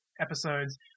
episodes